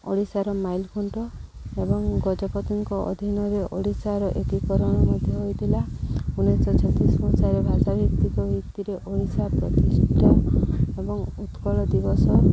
ଓଡ଼ିଶାର ମାଇଲ ଖୁଣ୍ଟ ଏବଂ ଗଜପତିଙ୍କ ଅଧୀନରେ ଓଡ଼ିଶାର ଏକୀକରଣ ମଧ୍ୟ ହୋଇଥିଲା ଉଣେଇଶହ ଛତିଶ ମସିହାରେ ଭାଷା ଭିତ୍ତିକ ଭିତ୍ତିରେ ଓଡ଼ିଶା ପ୍ରତିଷ୍ଠା ଏବଂ ଉତ୍କଳ ଦିବସ